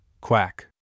Quack